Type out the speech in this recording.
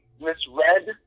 misread